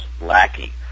lackey